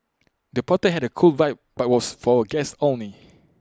the party had A cool vibe but was for guests only